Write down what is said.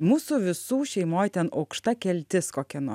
mūsų visų šeimoj ten aukšta keltis kokia no